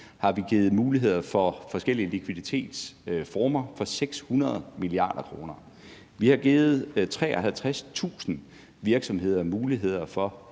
har vi givet muligheder for forskellige likviditetsformer for 600 mia. kr. Vi har givet 53.000 virksomheder mulighed for